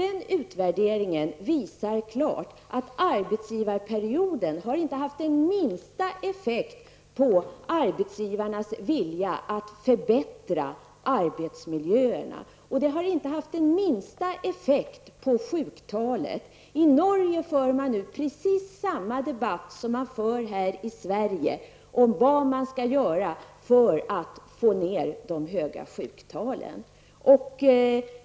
Den utvärderingen visar klart att arbetsgivarperioden inte har haft den minsta effekt på arbetsgivarnas vilja att förbättra arbetsmiljöerna och inte heller har haft den minsta effekt på sjuktalen. I Norge för man nu precis samma debatt som man för här i Sverige om vad man skall göra för att få ned de höga sjuktalen.